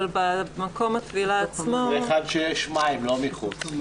זה היכן שיש מים, לא בחוץ.